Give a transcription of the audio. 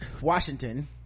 Washington